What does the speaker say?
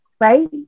right